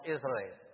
Israel